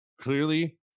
clearly